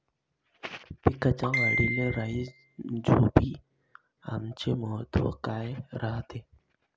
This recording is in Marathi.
पिकाच्या वाढीले राईझोबीआमचे महत्व काय रायते?